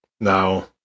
Now